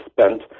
spent